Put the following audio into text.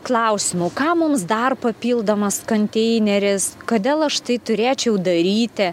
klausimų kam mums dar papildomas konteineris kodėl aš tai turėčiau daryti